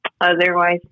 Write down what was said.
otherwise